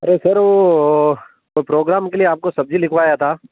अरे सर वह वह प्रोग्राम के लिए आपको सब्ज़ी लिखवाया था